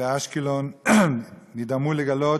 באשקלון נדהמו לגלות